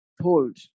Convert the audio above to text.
hold